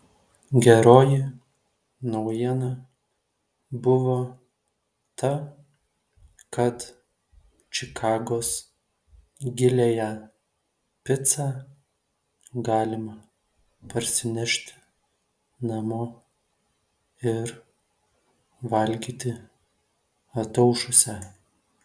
geroji naujiena buvo ta kad čikagos giliąją picą galima parsinešti namo ir valgyti ataušusią